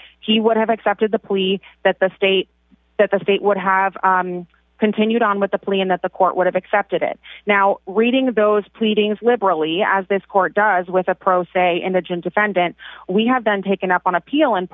he would have accepted the plea that the state that the state would have continued on with the plea and that the court would have accepted it now reading of those pleadings liberally as this court does with a pro se in the gym defendant we have been taken up on appeal and